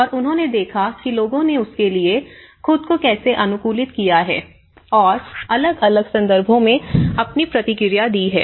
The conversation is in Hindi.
और उन्होंने देखा कि लोगों ने इसके लिए खुद को कैसे अनुकूलित किया है और अलग अलग संदर्भों में अपनी प्रतिक्रिया दी है